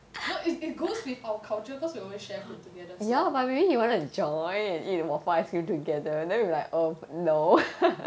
no it it goes with our culture cause we always share food together so